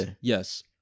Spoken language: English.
Yes